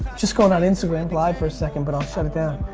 just going on instagram live for a second but i'll shut it down.